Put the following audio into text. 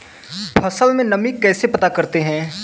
फसल में नमी कैसे पता करते हैं?